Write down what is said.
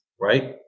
Right